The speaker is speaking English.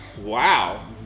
Wow